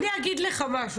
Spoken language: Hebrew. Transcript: אני אגיד לך משהו.